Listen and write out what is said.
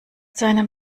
seinem